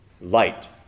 light